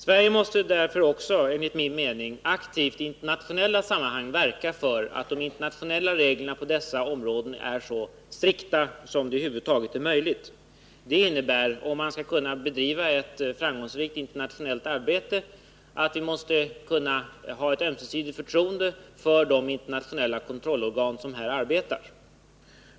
Sverige måste därför enligt min mening i internationella sammanhang aktivt verka för att de internationella reglerna på dessa områden är så strikta som det över huvud taget är möjligt. Det innebär att vi för att kunna bedriva ett framgångsrikt internationellt arbete måste kunna ha ett ömsesidigt förtroende för de internationella kontrollorgan som arbetar med dessa frågor.